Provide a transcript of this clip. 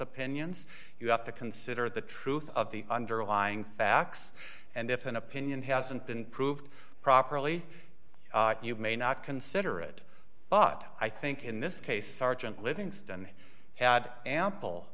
opinions you have to consider the truth of the underlying facts and if an opinion hasn't been proved properly you may not consider it but i think in this case sergeant livingston had ample